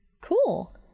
Cool